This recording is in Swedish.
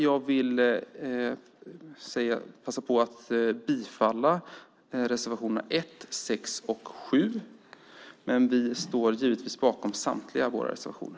Jag vill yrka bifall till reservationerna 1, 6 och 7, men vi står givetvis bakom samtliga våra reservationer.